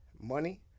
money